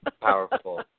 powerful